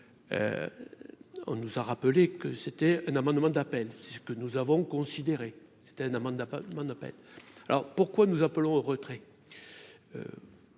on nous a rappelé que c'était un amendement d'appel, c'est ce que nous avons considéré, c'était un un mandat pas mon Open, alors pourquoi nous appelant au retrait,